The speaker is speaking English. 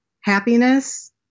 happiness